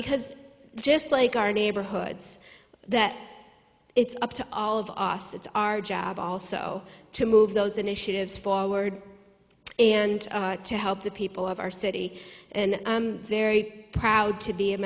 because just like our neighborhoods that it's up to all of us it's our job also to move those initiatives forward and to help the people of our city and very proud to be a